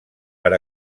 per